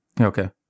okay